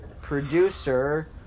producer